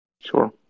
Sure